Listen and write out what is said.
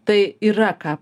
tai yra ką